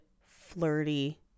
flirty